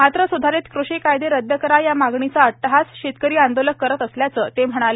मात्र स्धारित कृषी कायदे रद्द करा या मागणीचा अट्टहास शेतकरी आंदोलक करत असल्याचं आठवले म्हणाले